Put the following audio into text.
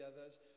others